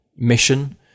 mission